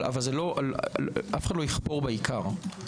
אבל אף אחד לא יכפור בעיקר.